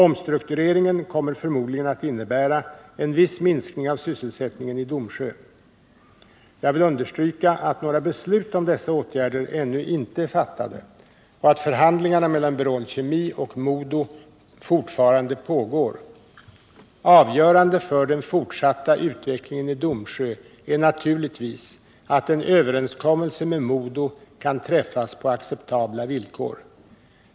Omstruktureringen kommer förmodligen att innebära en viss minskning av sysselsättningen i Domsjö. Jag vill understryka att några beslut om dessa åtgärder ännu inte är fattade och att förhandlingarna mellan Berol Kemi och MoDo fortfarande pågår. Avgörande för den fortsatta utvecklingen i Domsjö är naturligtvis att en överenskommelse med MoDo kan träffas på acceptabla villkor.